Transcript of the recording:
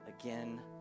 again